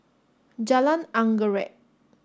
Jalan Anggerek